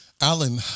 Alan